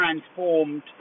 transformed